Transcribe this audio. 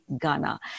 Ghana